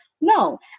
No